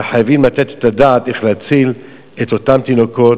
וחייבים לתת את הדעת איך להציל את אותם תינוקות,